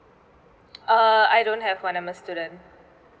err I don't have one I'm a student